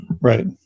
right